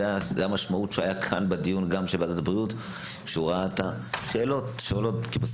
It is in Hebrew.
הוא ראה את השאלות שעולות כאן.